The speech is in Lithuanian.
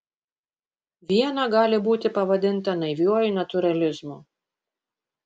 viena gali būti pavadinta naiviuoju natūralizmu